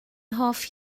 hoff